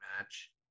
match